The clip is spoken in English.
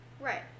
Right